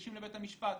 וניגשים לבית משפט.